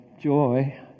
joy